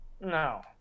No